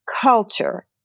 culture